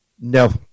No